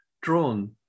drawn